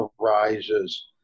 arises